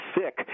sick